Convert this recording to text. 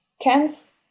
cans